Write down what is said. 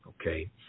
okay